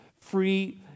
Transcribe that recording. free